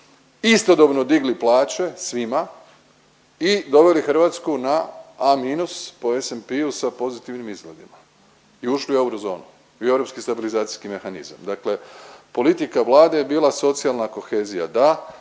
istodobno digli plaće svima i doveli Hrvatsku A minus po S&P-u sa pozitivnim izgledima i ušli u eurozonu i u europski stabilizacijski mehanizam. Dakle, politika Vlade je bila socijalna kohezija da,